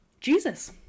Jesus